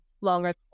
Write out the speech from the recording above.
longer